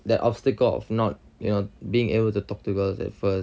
that obstacle of not you know being able to talk to girls at first